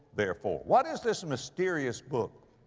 therefore, what is this mysterious book?